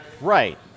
Right